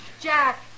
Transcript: Jack